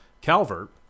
Calvert